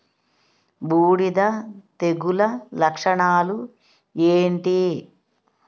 బూడిద తెగుల లక్షణాలు ఏంటి?